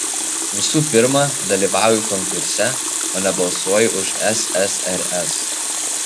visų pirma dalyvauju konkurse o ne balsuoju už ssrs